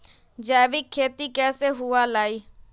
जैविक खेती कैसे हुआ लाई?